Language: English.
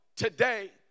today